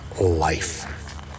life